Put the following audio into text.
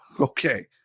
okay